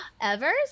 Evers